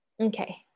Okay